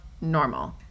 normal